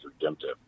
redemptive